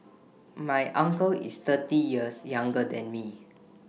my uncle is thirty years younger than me